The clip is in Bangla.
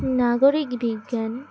নাগরিক বিজ্ঞান